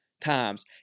times